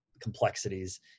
complexities